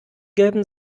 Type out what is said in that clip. gelben